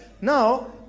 now